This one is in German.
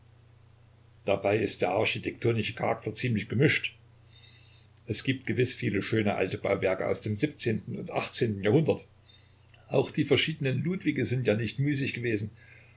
dabei ist der architektonische charakter ziemlich gemischt es gibt gewiß viele schöne alte bauwerke aus dem und achtzehn jahrhundert auch die verschiedenen ludwige sind ja nicht müßig gewesen